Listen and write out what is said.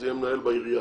אז יהיה מנהל בעירייה,